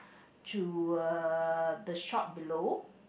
to uh the shop below